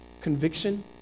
conviction